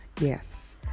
Yes